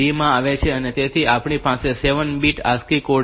તેથી આપણી પાસે ત્યાં 7 બીટ ASCII કોડ છે